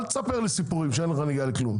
אל תספר לי סיפורים שאי לך נגיעה לכלום.